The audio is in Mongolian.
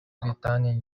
британийн